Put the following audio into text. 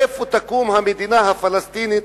איפה תקום המדינה הפלסטינית,